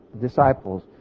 disciples